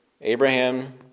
Abraham